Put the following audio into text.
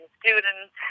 students